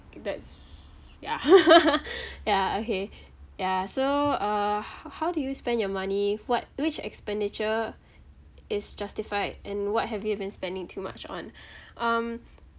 that's yeah yeah okay yeah so uh ho~ how do you spend your money what which expenditure is justified and what have you been spending too much on um